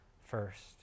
first